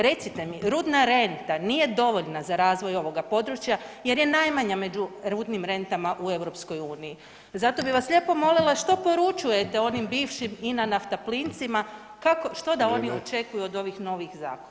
Recite mi, rudna renta nije dovoljna za razvoj ovoga područja jer je najmanja među rudnim rentama u EU, zato bi vas lijepo molila što poručujete onim bivšim INA NAFTAPLIN-cima što da oni očekuju [[Upadica: Vrijeme]] od ovih novih zakona?